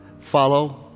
follow